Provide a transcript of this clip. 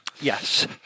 Yes